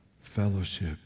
fellowship